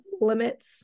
limits